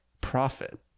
Profit